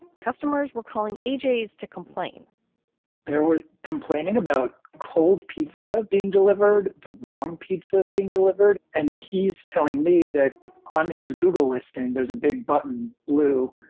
customers were calling agee's to complain there were complaining about cold pizza being delivered, the wrong pizza being delivered. and he is telling me that on his google listing, there's a big button blue.